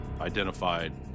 identified